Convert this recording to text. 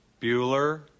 Bueller